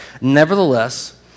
Nevertheless